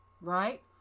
right